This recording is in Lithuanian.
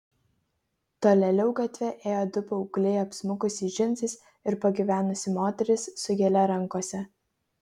tolėliau gatve ėjo du paaugliai apsmukusiais džinsais ir pagyvenusi moteris su gėle rankose